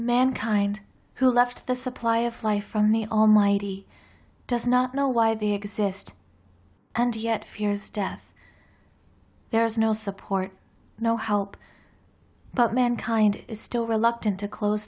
mankind who left the supply of life from the almighty does not know why they exist and yet fears death there is no support no help but men kind still reluctant to close